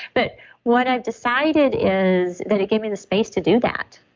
but what i've decided is that it gave me the space to do that,